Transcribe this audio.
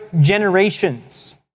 generations